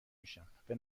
میشم، به